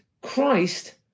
Christ